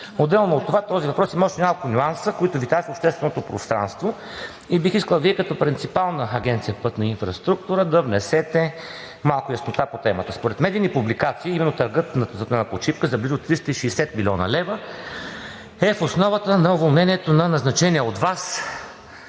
Отделно от това този въпрос има още няколко нюанса, които витаят в общественото пространство, и бих искал Вие като принципал на АПИ да внесете малко яснота по темата. Според медийни публикации именно търгът под връх Шипка за близо 360 млн. лв. е в основата на уволнението на назначения от Вас